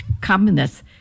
communists